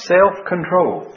Self-control